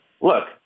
look